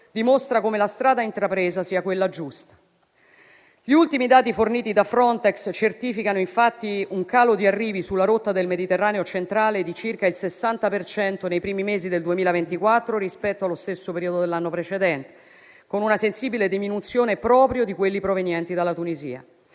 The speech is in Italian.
dimostra come la strada intrapresa sia quella giusta. Gli ultimi dati forniti da Frontex certificano infatti un calo di arrivi sulla rotta del Mediterraneo centrale di circa il 60 per cento nei primi mesi del 2024 rispetto allo stesso periodo dell'anno precedente, con una sensibile diminuzione proprio di quelli provenienti dalla Tunisia.